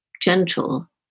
gentle